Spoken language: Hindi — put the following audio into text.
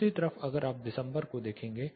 दूसरी तरफ अगर आप दिसंबर को देखेंगे